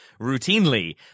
routinely